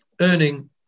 earning